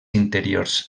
interiors